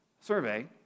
survey